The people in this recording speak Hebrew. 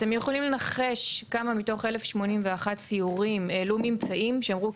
אתם יכולים לנחש כמה מתוך 1,081 סיורים העלו ממצאים שאמרו,